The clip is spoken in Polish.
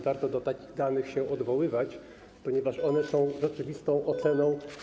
Warto do takich danych się odwoływać, ponieważ one są rzeczywistą oceną.